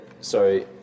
sorry